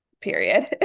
period